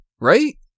Right